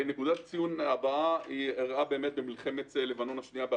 נקודת הציון הבאה אירעה במלחמת לבנון השנייה,